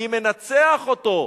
אני מנצח אותו,